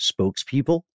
spokespeople